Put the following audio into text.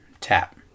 tap